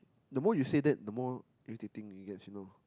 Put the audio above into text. the more you say that the more irritating it gets you know